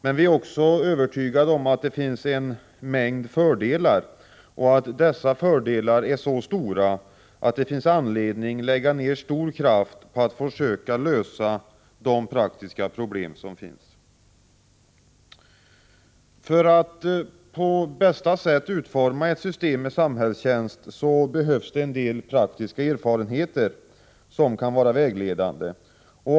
Men vi är också övertygade om att det finns en mängd fördelar och att dessa fördelar är så stora att det finns anledning att lägga ned stor kraft på att försöka lösa de praktiska problem som finns. För att på bästa sätt utforma ett system med samhällstjänst behövs en del praktiska erfarenheter som kan vara vägledande.